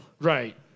Right